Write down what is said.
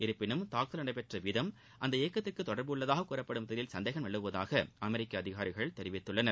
இருப்பினும் தாக்குதல் நடைபெற்ற விதம் அந்த இயக்கத்திற்கு தொடர்பு உள்ளதாக கூறப்படுவதில் சந்தேகம் நிலவுவதாக அமெரிக்க அதிகாரிகள் தெரிவித்துள்ளனர்